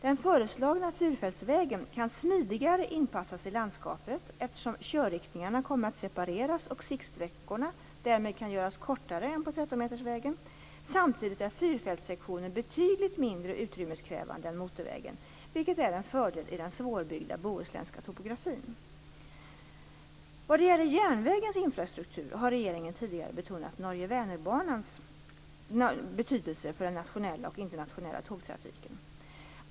Den föreslagna fyrfältsvägen kan smidigare inpassas i landskapet, eftersom körriktningarna kommer att separeras och siktsträckorna därmed kan göras kortare än på 13-metersvägen. Samtidigt är fyrfältssektionen betydligt mindre utrymmeskrävande än motorvägen, vilket är en fördel i den svårbyggda bohuslänska topografin. Vad gäller järnvägens infrastruktur har regeringen tidigare betonat Norge/Vänernbanans betydelse för den nationella och internationella tågtrafiken.